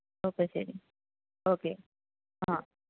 okay ശരി okay ആ